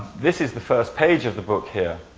this is the first page of the book here.